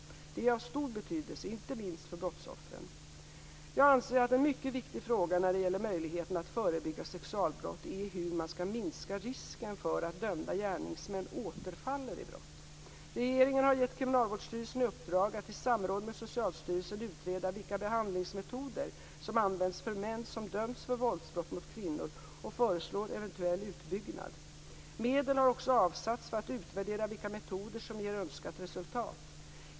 Detta är av stor betydelse, inte minst för brottsoffren. Jag anser att en mycket viktig fråga när det gäller möjligheterna att förebygga sexualbrott är hur man skall minska risken för att dömda gärningsmän återfaller i brott. Regeringen har gett Kriminalvårdsstyrelsen i uppdrag att i samråd med Socialstyrelsen utreda vilka behandlingsmetoder som används för män som dömts för våldsbrott mot kvinnor och föreslå eventuell utbyggnad. Medel har också avsatts för att utvärdera vilka metoder som ger önskat resultat.